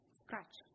scratch